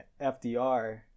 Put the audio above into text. FDR